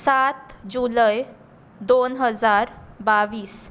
सात जुलय दोन हजार बावीस